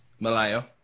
Malayo